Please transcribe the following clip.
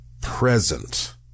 present